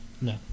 No